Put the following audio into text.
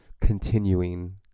continuing